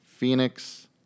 phoenix